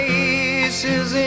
faces